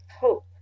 hope